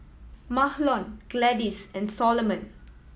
Mahlon Gladys and Solomon